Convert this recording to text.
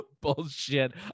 Bullshit